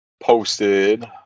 posted